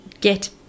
get